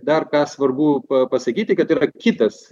dar ką svarbu pa pasakyti kad yra kitas